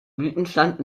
blütenstand